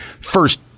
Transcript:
first